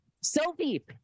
sophie